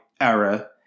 error